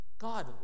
God